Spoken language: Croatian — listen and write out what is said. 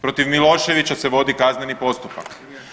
Protiv Miloševića se vodi kazneni postupak.